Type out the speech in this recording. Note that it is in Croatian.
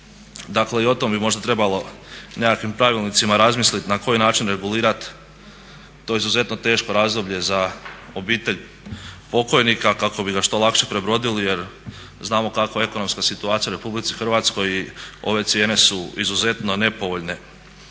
Dakle, i o tom bi možda trebalo nekakvim pravilnicima razmislit na koji način regulirat to izuzetno teško razdoblje za obitelj pokojnika kako bi ga što lakše prebrodili jer znamo kakva je ekonomska situacija u RH i ove cijene su izuzetno nepovoljne